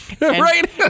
right